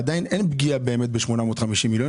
עדיין אין פגיעה באמת ב-850 מיליון,